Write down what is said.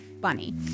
bunny